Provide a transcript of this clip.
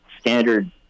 standard